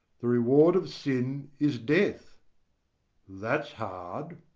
the reward of sin is death that's hard.